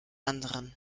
anderen